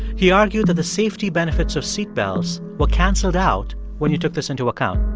he argued that the safety benefits of seat belts were canceled out when you took this into account.